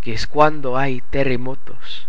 que es cuando hay terremotos